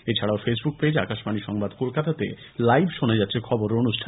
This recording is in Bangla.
এছাড়াও ফেসবুক পেজ আকাশবাণী সংবাদ কলকাতাতে লাইভ শোনা যাচ্ছে খবর ও অনুষ্ঠান